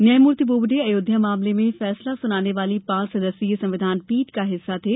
न्यायमूर्ति बोबडे अयोध्या मामले में फैसला सुनाने वाली पांच सदस्यीय संविधान पीठ का हिस्सा थे